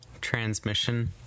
transmission